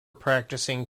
practising